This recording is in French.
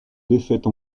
défaite